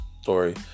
story